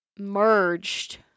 merged